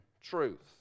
truth